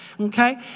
Okay